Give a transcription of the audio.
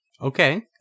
Okay